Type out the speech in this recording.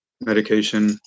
medication